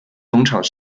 农场